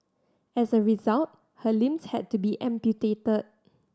as a result her limbs had to be amputated